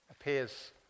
appears